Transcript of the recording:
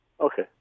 Okay